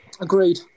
Agreed